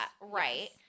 right